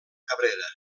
cabrera